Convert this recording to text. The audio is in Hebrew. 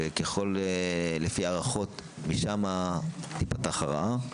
שלפי ההערכות משם תיפתח הרעה.